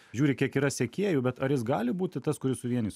žiūri kiek yra sekėjų bet ar jis gali būti tas kuris suvienys